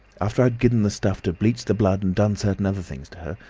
after i'd given the stuff to bleach the blood and done certain other things to her,